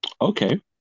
Okay